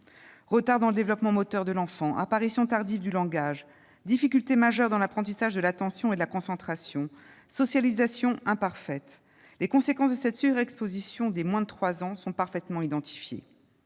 Retard dans le développement moteur de l'enfant, apparition tardive du langage, difficultés majeures dans l'apprentissage de l'attention et de la concentration, socialisation imparfaite : les conséquences de cette surexposition des moins de trois ans sont parfaitement identifiées.